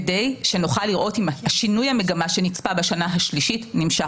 כדי שנוכל לראות אם שינוי המגמה שנצפה בשנה השלישית נמשך.